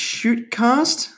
Shootcast